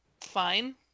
fine